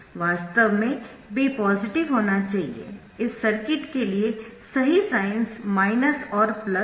वास्तव में B positive होना चाहिए इस सर्किट के लिए सही साइन्स और है